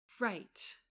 Right